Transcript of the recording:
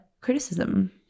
criticism